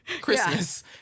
Christmas